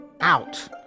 out